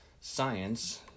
Science